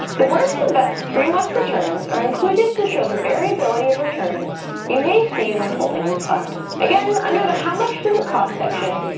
the worst and best three month returns are included to show the variability of returns you may see when holding this fund. again, under the how much does it cost section,